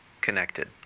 connected